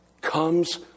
comes